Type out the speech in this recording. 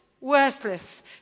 worthless